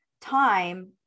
time